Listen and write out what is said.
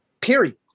period